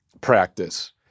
practice